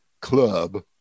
Club